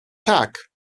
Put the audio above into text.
tak